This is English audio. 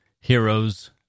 heroes